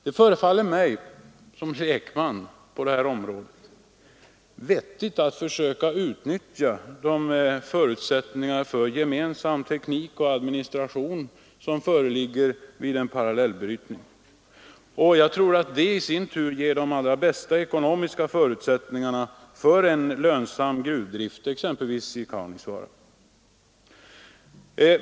Det förefaller mig som lekman på detta område vettigt att försöka utnyttja de förutsättningar för gemensam teknik och administration som föreligger vid en parallellbrytning, och jag tror att det i sin tur bör ge de bästa ekonomiska förutsättningarna för en lönsam gruvdrift vid exempelvis Kaunisvaara.